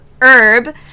Herb